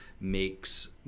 makes